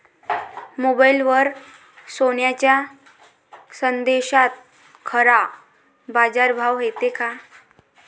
मोबाईलवर येनाऱ्या संदेशात खरा बाजारभाव येते का?